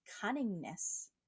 cunningness